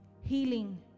healing